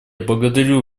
благодарю